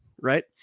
right